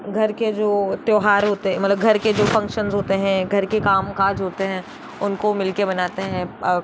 घर के जो त्यौहार होते मतलब घर के जो फंगशन्स होते हैं घर के काम काज होते हैं उनको मिल कर मनाते हैं और